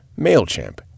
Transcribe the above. MailChimp